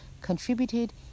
contributed